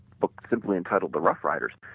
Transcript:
but simply entitled the rough riders.